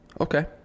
Okay